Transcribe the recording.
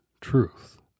truth